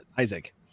Isaac